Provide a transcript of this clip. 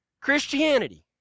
Christianity